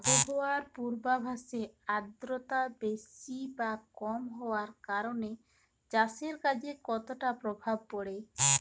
আবহাওয়ার পূর্বাভাসে আর্দ্রতা বেশি বা কম হওয়ার কারণে চাষের কাজে কতটা প্রভাব পড়ে?